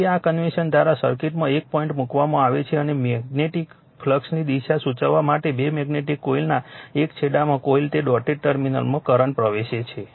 તેથી આ કન્વેન્શન દ્વારા સર્કિટમાં એક પોઇન્ટ મૂકવામાં આવે છે અને મેગ્નેટીક ફ્લક્સની દિશા સૂચવવા માટે બે મેગ્નેટીક કોઇલના એક છેડામાં કોઇલના તે ડોટેડ ટર્મિનલમાં કરંટ પ્રવેશે છે